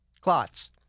clots